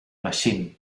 machine